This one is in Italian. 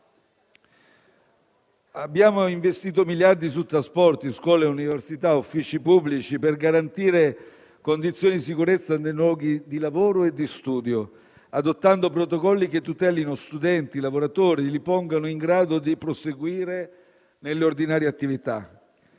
Abbiamo investito miliardi su trasporti, scuole, università, uffici pubblici per garantire condizioni di sicurezza nei luoghi di lavoro e di studio, adottando protocolli che tutelino studenti e lavoratori e li pongano in grado di proseguire nelle ordinarie attività.